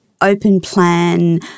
open-plan